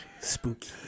spooky